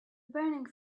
burning